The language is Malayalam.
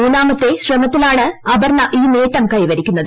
മൂന്നാമത്തെ ശ്രമത്തിലാണ് അപർണ ഈ നേട്ടം കൈവരിക്കുന്നത്